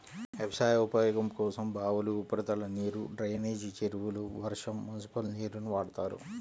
వ్యవసాయ ఉపయోగం కోసం బావులు, ఉపరితల నీరు, డ్రైనేజీ చెరువులు, వర్షం, మునిసిపల్ నీరుని వాడతారు